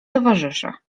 towarzysze